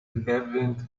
event